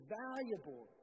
valuable